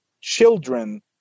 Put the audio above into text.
children